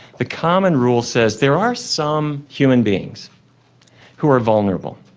the common rule says there are some human beings who are vulnerable,